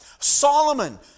Solomon